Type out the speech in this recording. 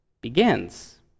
begins